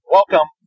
welcome